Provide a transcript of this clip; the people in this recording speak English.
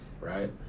right